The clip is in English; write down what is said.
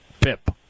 Pip